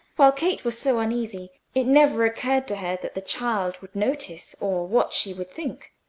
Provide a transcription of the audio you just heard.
while kate was so uneasy it never occurred to her that the child would notice or what she would think.